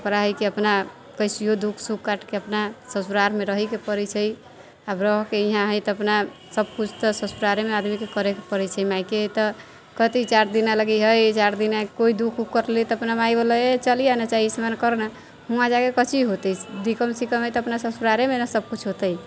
ओकरा है की अपना कैसियो दुःख सुख काटिके अपना ससुरारमे रहैके पड़ै छै आब रहिके ईहाँ है तऽ अपना सबकुछ तऽ ससुरारेमे आदमीके करैके पड़ै छै मायके तऽ कथी चारि दिना लागी है चारि दिना कोइ दुःख उख कटली तऽ अपना माइ बोलल ई चलि आ ना चाही ई सामान कर न हुवाँ जाके कोची होतै दिक्कम सिक्कम है तऽ अपना ससुरारेमे ने सबकुछ होतै